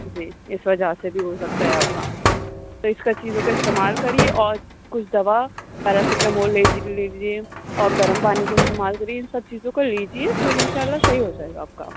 جی اس وجہ سے بھی ہو سکتا ہے آپ کا تو اس چیزوں کا استعمال کریے اور کچھ دوا پیراسیٹامال لے لیجیے اور گرم پانی کا استعمال کریے ان سب چیزوں کو لیجیے تو انشاء اللہ صحیح ہو جائے گا آپ کا